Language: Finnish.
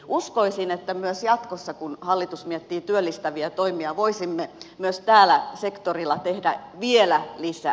uskoisin että myös jatkossa kun hallitus miettii työllistäviä toimia voisimme myös tällä sektorilla tehdä vielä lisää